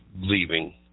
leaving